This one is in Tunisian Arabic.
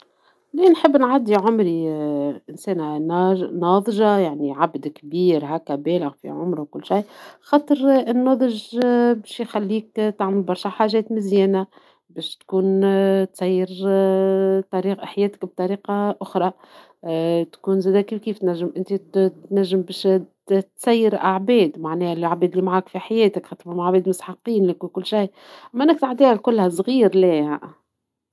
لا نحب نعدي عمري انسانة ناضجة يعني عبد كبير هكا بالغ في عمرو وكل شي ، خاطر النضج باش يخليك تعمل برشا حاجات مزيانة ، باش تكون تسير طريقة حياتك بطريقة أخرى ، تكون زادة كيف كيف تنجم تسير عباد معناها العباد لي معاك في حياتك خاطر فما عباد مسحقينك وكل شي ، أما حياتي كلها صعير لا عادة.,